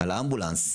על האמבולנס.